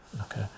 okay